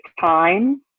time